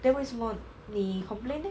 then 为什么你 complain leh